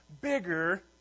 bigger